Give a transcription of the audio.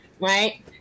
right